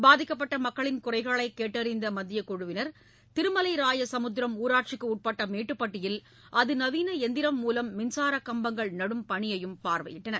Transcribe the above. பாதிக்கப்பட்ட மக்களின் குறைகளைக் கேட்டறிந்த மத்தியக் குழுவினர் திருமலைராயசமுத்திரம் ஊராட்சிக்கு உட்பட்ட மேட்டுப்பட்டியில் அதிநவீள எந்திரம் மூலம் மின்சாரக் கம்பங்கள் நடும் பணியையும் பார்வையிட்டளர்